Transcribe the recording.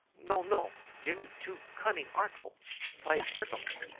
no, no jimmy too cunning-artful. play trickums.